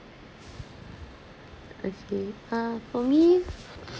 okay uh for me